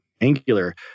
angular